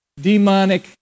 demonic